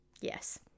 Yes